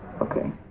okay